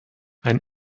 ein